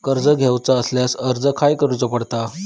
कर्ज घेऊचा असल्यास अर्ज खाय करूचो पडता?